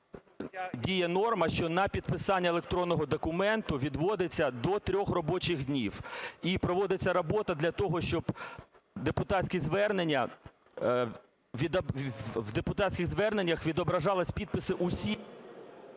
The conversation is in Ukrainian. діє норма, що на підписання електронного документу відводиться до 3 робочих днів. І проводиться робота для того, щоб в депутатських звернення відображалися підписи усіх…